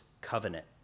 covenant